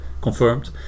confirmed